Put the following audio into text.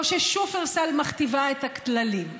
או ששופרסל מכתיבה את הכללים?